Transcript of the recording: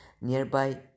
nearby